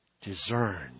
discern